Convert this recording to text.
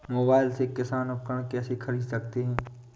Mobile से किसान उपकरण कैसे ख़रीद सकते है?